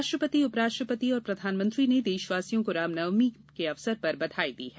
राष्ट्रपति उपराष्ट्रपति और प्रधानमंत्री ने देशवासियों को रामनवमी के अवसर पर बधाई दी है